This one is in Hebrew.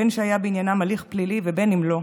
בין שהיה בעניינם הליך פלילי ובין שלא,